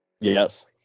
Yes